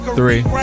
three